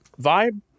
vibe